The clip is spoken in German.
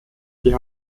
diese